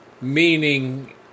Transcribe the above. Meaning